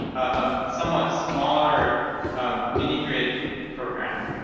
a somewhat smaller mini-grid program.